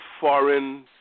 foreign